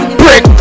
brick